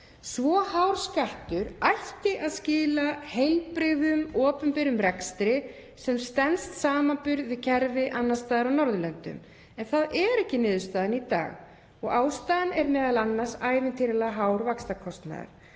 Svo hár skattur ætti að skila heilbrigðum opinberum rekstri sem stenst samanburð við kerfi annars staðar á Norðurlöndum en það er ekki niðurstaðan í dag. Ástæðan er m.a. ævintýralega hár vaxtakostnaður